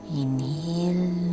inhale